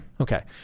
Okay